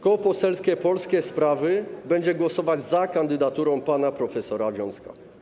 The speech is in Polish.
Koło Poselskie Polskie Sprawy będzie głosować za kandydaturą pana prof. Wiącka.